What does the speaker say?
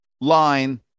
line